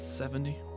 Seventy